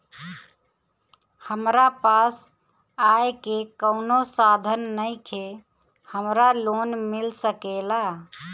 हमरा पास आय के कवनो साधन नईखे हमरा लोन मिल सकेला?